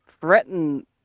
threaten